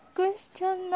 Question